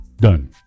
Done